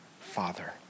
father